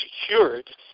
secured